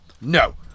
no